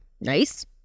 Nice